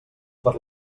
per